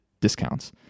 discounts